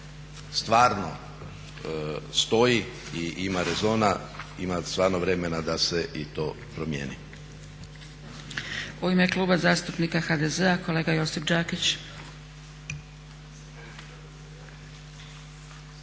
stvarno stoji i ima rezona ima stvarno vremena da se i to promijeni. **Stazić, Nenad (SDP)** U ime Kluba zastupnika HDZ-a kolega Josip Đakić.